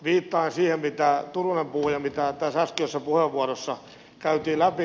viittaan siihen mitä turunen puhui ja mitä tässä äskeisessä puheenvuorossa käytiin läpi